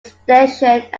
station